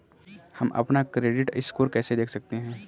हम अपना credit score कैसे देख सकते हैं?